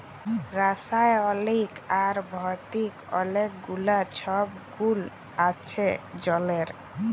রাসায়লিক আর ভতিক অলেক গুলা ছব গুল আছে জলের